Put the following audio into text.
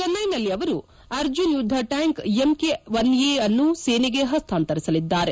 ಚಿನ್ನೈನಲ್ಲಿ ಅವರು ಅರ್ಜುನ್ ಯುದ್ದ tank MK one A ಅನ್ನು ಸೇನೆಗೆ ಹಸ್ತಾಂತರಿಸಲಿದ್ದಾರೆ